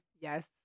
Yes